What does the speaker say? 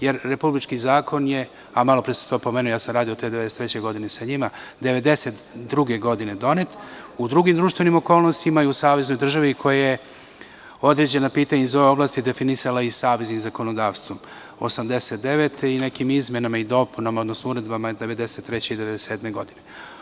Jer, republički zakon je, a malo pre sam to pomenuo da sam 1993. godine radio sa njima, 1992. godine donet u drugim društvenim okolnostima i u saveznoj državi koja je određena pitanja iz ove oblasti definisala saveznim zakonodavstvom 1989. godine i nekim izmenama i dopunama odnosno uredbama 1993. i 1997. godine.